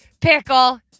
Pickle